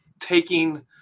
taking